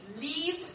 leave